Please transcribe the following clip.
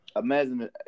imagine